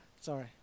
sorry